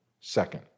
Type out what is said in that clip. second